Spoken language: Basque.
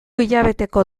hilabeteko